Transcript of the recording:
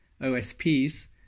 OSPs